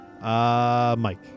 Mike